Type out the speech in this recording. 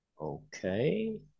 okay